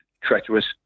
treacherous